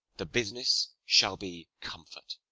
the business shall be comfort.